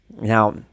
Now